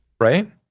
right